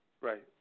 right